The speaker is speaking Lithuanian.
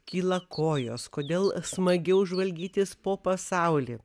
kyla kojos kodėl smagiau žvalgytis po pasaulį